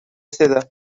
seda